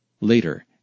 Later